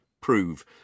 prove